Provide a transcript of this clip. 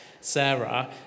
Sarah